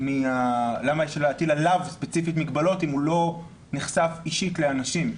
למה יש להטיל עליו ספציפית מגבלות אם הוא לא נחשף אישית לאנשים?